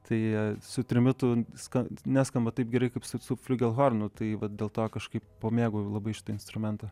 tai su trimitu kad neskamba taip gerai kaip su su fliugelhornu tai vat dėl to kažkaip pamėgau labai šitą instrumentą